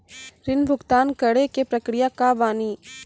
ऋण भुगतान करे के प्रक्रिया का बानी?